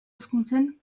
hizkuntzen